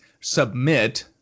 submit